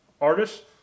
artist